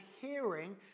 hearing